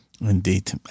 indeed